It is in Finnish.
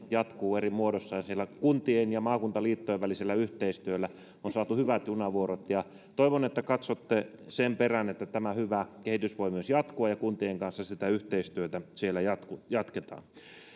jatkuu eri muodossa ja siellä kuntien ja maakuntaliittojen välisellä yhteistyöllä on saatu hyvät junavuorot toivon että katsotte sen perään että tämä hyvä kehitys voi myös jatkua ja kuntien kanssa sitä yhteistyötä siellä jatketaan